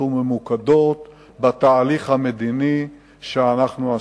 וממוקדות בתהליך המדיני שאנחנו עשינו.